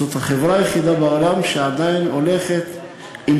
זאת החברה היחידה בעולם שעדיין הולכת עם